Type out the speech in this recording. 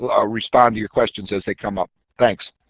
ah i'll respond to your questions as they come up. thanks.